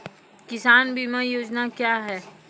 किसान बीमा योजना क्या हैं?